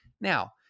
Now